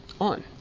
On